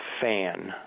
fan